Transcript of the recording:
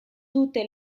dute